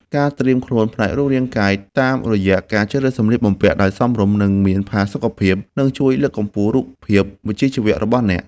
ការត្រៀមខ្លួនផ្នែករូបរាងកាយ តាមរយៈការជ្រើសរើសសម្លៀកបំពាក់ដែលសមរម្យ និងមានផាសុកភាព នឹងជួយលើកកម្ពស់រូបភាពវិជ្ជាជីវៈរបស់អ្នក។